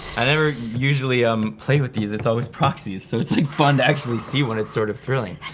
i never usually um play with these, it's always proxies, so it's fun to actually see one, it's sort of thrilling.